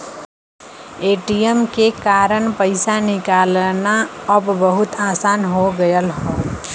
ATM के कारन पइसा निकालना अब बहुत आसान हो गयल हौ